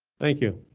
thank you.